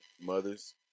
mothers